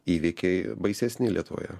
įvykiai baisesni lietuvoje